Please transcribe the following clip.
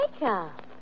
makeup